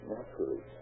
Naturally